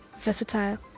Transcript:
versatile